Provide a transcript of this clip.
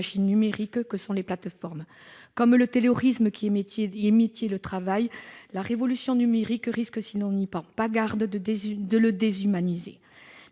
numériques que sont les plateformes. À l'instar du taylorisme qui émiettait le travail, la révolution numérique risque, si l'on n'y prend garde, de le déshumaniser.